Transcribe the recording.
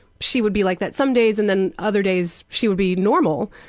she would be like that some days, and then other days she would be normal.